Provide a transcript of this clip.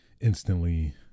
instantly